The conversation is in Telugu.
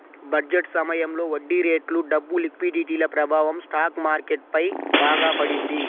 బడ్జెట్ సమయంలో వడ్డీరేట్లు, డబ్బు లిక్విడిటీల ప్రభావం స్టాక్ మార్కెట్ పై బాగా పడింది